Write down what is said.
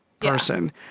Person